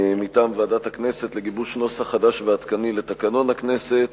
מטעם ועדת הכנסת לגיבוש נוסח חדש ועדכני לתקנון הכנסת,